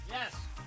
Yes